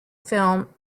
film